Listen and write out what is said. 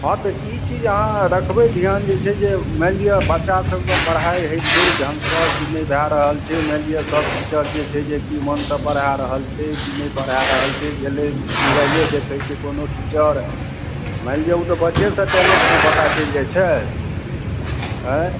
हँ तऽ ई चीज अहाँ रखबै ध्यान जे छै जे मानि लिअ बच्चा सब के पढाइ होइ छै ढंग सऽ कि नहि भए रहल छै मानि लिअ सब टीचर जे छै जे कि मन सऽ पढाए रहल छै कि नहि पढाए रहल छै गेलै मोबाइले देखै छै कोनो टीचर मानि लिअ ओ तऽ बच्चे सऽ टैलेंट ने पता चलि जाइ छै आंय